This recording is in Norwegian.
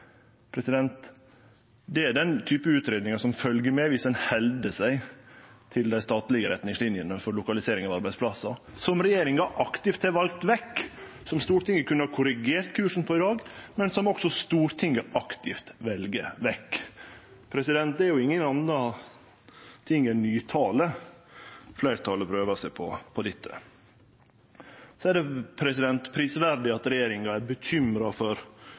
Det er den typen utgreiing som følgjer med om ein held seg til dei statlege retningslinene for lokalisering av arbeidsplassar – som regjeringa aktivt har valt vekk, som Stortinget kunne ha korrigert kursen på i dag, men som òg Stortinget aktivt vel vekk. Det er ikkje anna enn nytale fleirtalet prøver seg på i dette. Det er prisverdig at regjeringa er bekymra for